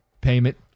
payment